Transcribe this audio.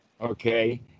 Okay